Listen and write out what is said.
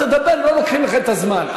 תדבר, לא לוקחים לך את הזמן.